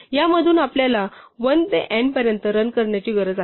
यामधून आपल्याला 1 ते n पर्यंत रन करण्याची गरज आहे